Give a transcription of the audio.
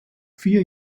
vier